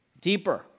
deeper